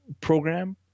program